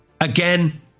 Again